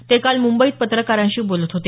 ते काल मुंबईत पत्रकारांशी बोलत होते